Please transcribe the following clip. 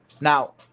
Now